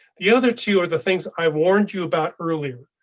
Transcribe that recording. the other two are the things i warned you about earlier,